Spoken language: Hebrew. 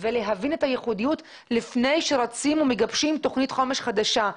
ולהבין את הייחודיות לפני שרצים ומגבשים תוכנית חומש חדשה.